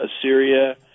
Assyria